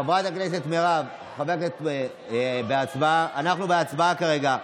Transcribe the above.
חברת הכנסת מירב, אנחנו בהצבעה כרגע.